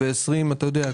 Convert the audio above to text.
אתה יודע,